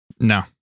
No